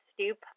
Stoop